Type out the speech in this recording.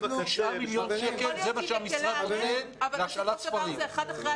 שקלים זה מה שהמשרד נותן להשאלת ספרים.